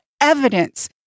evidence